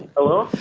hello?